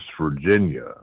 Virginia